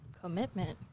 Commitment